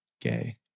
Gay